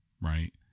right